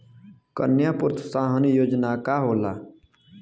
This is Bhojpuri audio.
कन्या प्रोत्साहन योजना का होला?